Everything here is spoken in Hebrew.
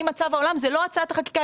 זה לא הצעת החקיקה,